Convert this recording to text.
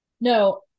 no